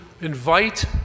invite